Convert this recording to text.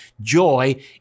joy